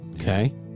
okay